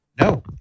No